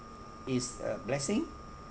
is a blessing